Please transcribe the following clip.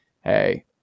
Hey